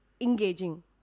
engaging